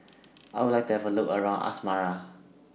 I Would like to Have A Look around Asmara